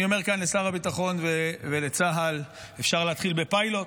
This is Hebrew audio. אני אומר כאן לשר הביטחון ולצה"ל: אפשר להתחיל בפיילוט.